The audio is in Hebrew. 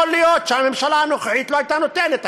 יכול להיות שהממשלה הנוכחית לא הייתה נותנת,